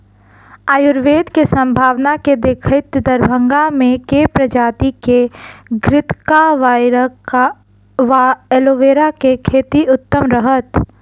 आयुर्वेद केँ सम्भावना केँ देखैत दरभंगा मे केँ प्रजाति केँ घृतक्वाइर वा एलोवेरा केँ खेती उत्तम रहत?